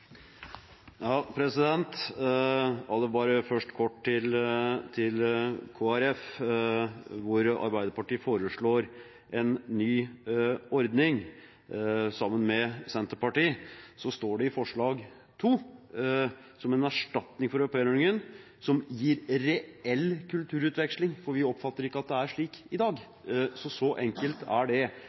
først en kort kommentar til Kristelig Folkeparti, som nevnte at Arbeiderpartiet, sammen med Senterpartiet, foreslår en ny ordning: Det står i forslag nr. 2 at vi, som en erstatning for aupairordningen, vil ha en ny ordning som gir reell kulturutveksling, for vi oppfatter ikke at det er slik i dag. Så enkelt er det.